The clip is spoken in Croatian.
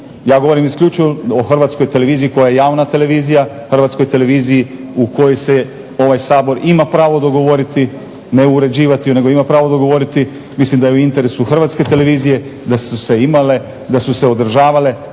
ja govorim isključivo o HTV-u koja je javna televizija, HTV u kojoj se ovaj Sabor ima pravo dogovoriti, ne uređivati je, nego ima pravo govoriti, mislim da je u interesu HTV da su imale i da su se održavale